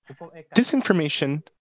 disinformation